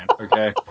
okay